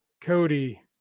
Cody